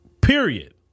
Period